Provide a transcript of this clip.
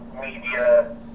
media